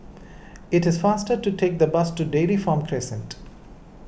it is faster to take the bus to Dairy Farm Crescent